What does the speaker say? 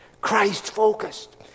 Christ-focused